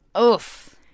Oof